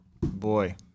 Boy